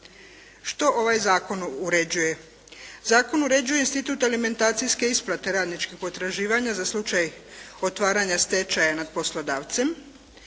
Što ovaj zakon uređuje? Zakon uređuje institut alimentacijske isplate radničkih potraživanja za slučaj otvaranja stečaja nad poslodavcem,